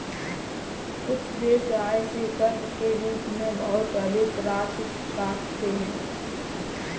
कुछ देश आय से कर के रूप में बहुत अधिक राशि काटते हैं